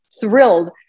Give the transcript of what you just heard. thrilled